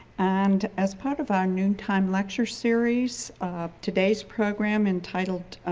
and as part of our noon time lecture series of today's program entitled